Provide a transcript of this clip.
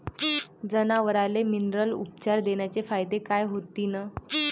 जनावराले मिनरल उपचार देण्याचे फायदे काय होतीन?